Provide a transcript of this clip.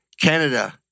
Canada